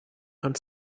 and